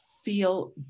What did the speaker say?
Feel